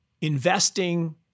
investing